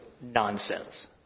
nonsense